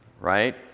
right